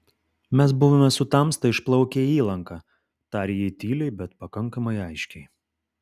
mes buvome su tamsta išplaukę į įlanką tarė ji tyliai bet pakankamai aiškiai